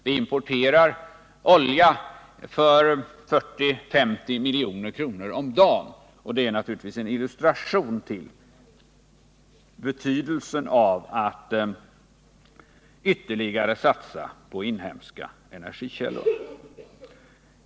Vi importerar olja för 40-50 milj.kr. om dagen, och det är naturligtvis en illustration till betydelsen av att ytterligare satsa på inhemska energikällor.